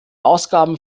ausgaben